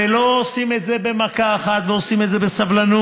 ולא עושים את זה במכה אחת, עושים את זה בסבלנות,